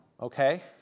okay